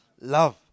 Love